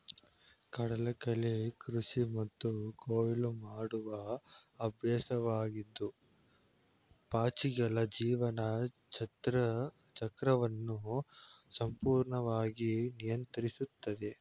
ಕಡಲಕಳೆ ಕೃಷಿ ಮತ್ತು ಕೊಯ್ಲು ಮಾಡುವ ಅಭ್ಯಾಸವಾಗಿದ್ದು ಪಾಚಿಗಳ ಜೀವನ ಚಕ್ರವನ್ನು ಸಂಪೂರ್ಣವಾಗಿ ನಿಯಂತ್ರಿಸ್ತದೆ